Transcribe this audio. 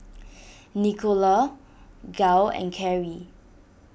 Nicola Gale and Carrie